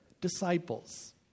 disciples